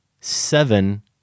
seven